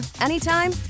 anytime